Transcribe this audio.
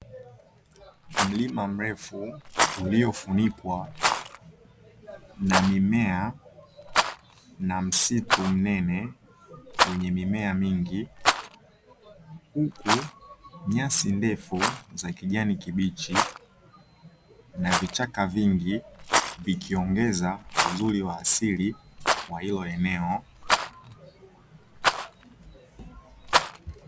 Mlima mrefu uliofunikwa na mimea na msitu mnene, wenye mimea mingi huku nyasi ndefu za kijani kibichi na vichaka vingi, vikiongeza uzuri wa asili wa hilo eneo.